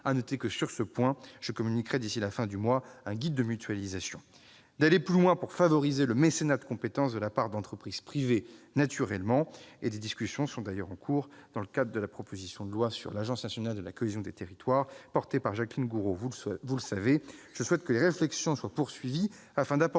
Sur ce point, je communiquerai d'ici à la fin du mois un guide des mutualisations. Nous pouvons enfin aller plus loin en favorisant le mécénat de compétences de la part d'entreprises privées. Il n'y en a pas assez ! Des discussions sont d'ailleurs en cours dans le cadre de la proposition de loi sur l'Agence nationale de la cohésion des territoires, portée par Jacqueline Gourault.